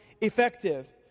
effective